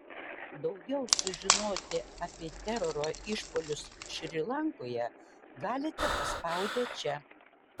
daugiau sužinoti apie teroro išpuolius šri lankoje galite paspaudę čia